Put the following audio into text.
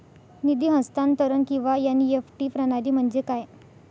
निधी हस्तांतरण किंवा एन.ई.एफ.टी प्रणाली म्हणजे काय?